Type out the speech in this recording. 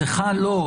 לא,